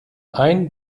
ein